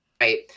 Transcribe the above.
right